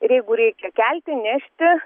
ir jeigu reikia kelti nešti